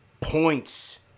points